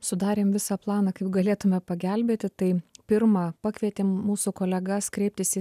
sudarėm visą planą kaip galėtume pagelbėti tai pirma pakvietėm mūsų kolegas kreiptis į